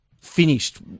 finished